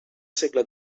segle